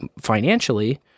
financially